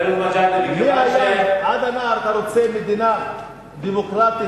מהים עד הנהר אתה רוצה מדינה דמוקרטית,